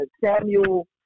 Samuel